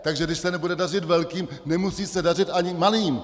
Takže když se nebude dařit velkým, nemusí se dařit ani malým.